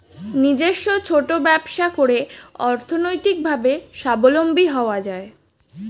নিজস্ব ছোট ব্যবসা করে অর্থনৈতিকভাবে স্বাবলম্বী হওয়া যায়